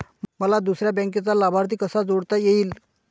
मला दुसऱ्या बँकेचा लाभार्थी कसा जोडता येईल?